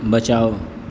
बचाओ